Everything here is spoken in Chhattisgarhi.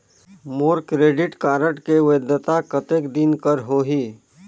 मोर क्रेडिट कारड के वैधता कतेक दिन कर होही?